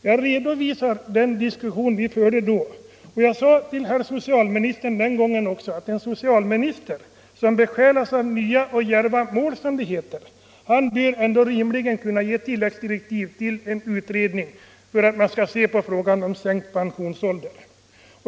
Jag redovisade den debatt som vi förde då, och också den gången sade jag till socialministern, att en socialminister som besjälas av nya och djärva mål, som det heter, rimligen bör kunna ge tilläggsdirektiv till en utredning för att undersöka frågan om en sänkning av pensionsåldern.